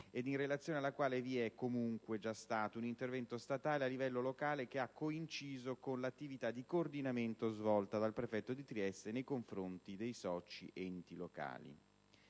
e in relazione alla quale vi è, comunque, già stato un intervento statale a livello locale che ha coinciso con l'attività di coordinamento svolta dal prefetto di Trieste nei confronti dei soci enti locali.